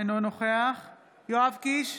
אינו נוכח יואב קיש,